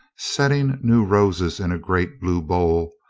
setting new roses in a great blue bowl,